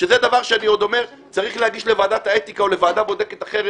שזה דבר שאני עוד אומר: צריך להגיש לוועדת האתיקה או לוועדה בודקת אחרת,